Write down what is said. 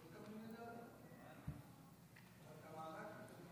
התשפ"ב 2022, לקריאה שנייה ושלישית.